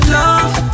love